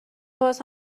باز